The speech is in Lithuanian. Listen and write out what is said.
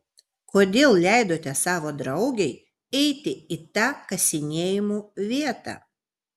kodėl leidote savo draugei eiti į tą kasinėjimų vietą